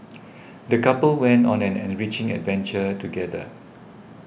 the couple went on an enriching adventure together